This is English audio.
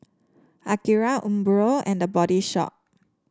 Akira Umbro and The Body Shop